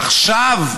עכשיו,